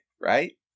right